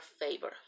favor